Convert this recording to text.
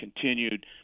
continued